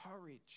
courage